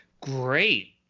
Great